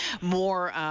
more